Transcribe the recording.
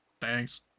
thanks